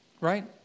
Right